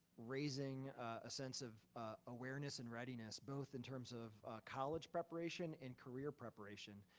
raising a sense of awareness and readiness, both in terms of college preparation and career preparation.